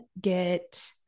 get